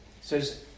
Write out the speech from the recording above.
says